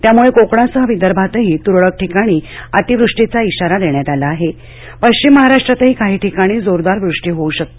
त्यामुळे कोकणासह विदर्भातही तुरळक ठिकाणी अतिवृष्टीचा श्रारा देण्यात आला आहे पश्चिम महाराष्ट्रातही काही ठिकाणी जोरदार वृष्टी होऊ शकते